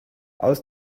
aus